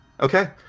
Okay